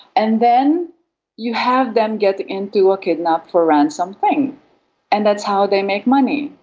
and then you have them get into a kidnap for ransom thing and that's how they make money.